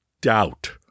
doubt